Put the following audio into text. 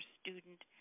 student